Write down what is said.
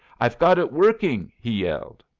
i've got it working, he yelled.